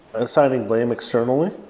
assigning blame externally.